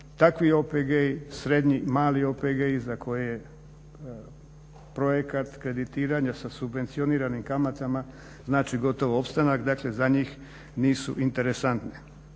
takvi OPG-i, srednji, mali OPG-i za koje projekat kreditiranja sa subvencioniranim kamata znači gotovo opstanak. Dakle, za njih nisu interesantne.